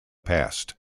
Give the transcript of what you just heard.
past